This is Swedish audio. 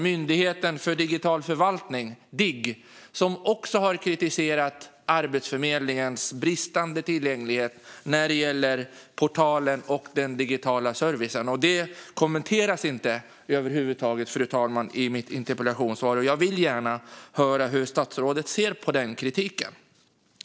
Myndigheten för digital förvaltning, Digg, har också kritiserat Arbetsförmedlingens bristande tillgänglighet när det gäller portalen och den digitala servicen. Detta kommenteras över huvud taget inte, fru talman, i svaret på min interpellation. Jag vill gärna höra hur statsrådet ser på den kritiken.